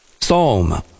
Psalm